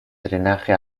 drenaje